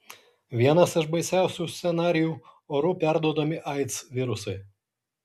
vienas iš baisiausių scenarijų oru perduodami aids virusai